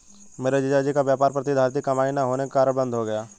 मेरे जीजा जी का व्यापार प्रतिधरित कमाई ना होने के कारण बंद हो गया